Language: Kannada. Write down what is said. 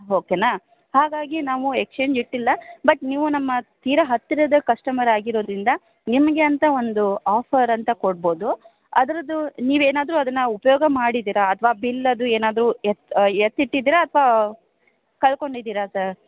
ಓಕೆನಾ ಹಾಗಾಗಿ ನಾವು ಎಕ್ಸ್ಚೇಂಜ್ ಇಟ್ಟಿಲ್ಲ ಬಟ್ ನೀವು ನಮ್ಮ ತೀರಾ ಹತ್ತಿರದ ಕಶ್ಟಮರ್ ಆಗಿರೋದರಿಂದ ನಿಮಗೆ ಅಂತ ಒಂದು ಆಫರ್ ಅಂತ ಕೊಡ್ಬೌದು ಅದರದ್ದು ನೀವೇನಾದರೂ ಅದನ್ನು ಉಪಯೋಗ ಮಾಡಿದ್ದೀರಾ ಅಥ್ವಾ ಬಿಲ್ ಅದು ಏನಾದರೂ ಎತ್ತಿ ಎತ್ತಿಟ್ಟಿದ್ದೀರಾ ಅಥವಾ ಕಳ್ಕೊಂಡಿದ್ದೀರಾ ಸರ್